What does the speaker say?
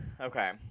okay